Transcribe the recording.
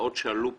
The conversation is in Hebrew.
ההצעות שעלו פה,